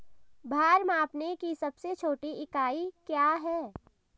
भार मापने की सबसे छोटी इकाई क्या है?